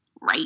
right